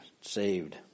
saved